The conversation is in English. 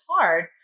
hard